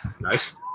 Nice